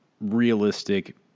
realistic